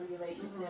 relationship